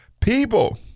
People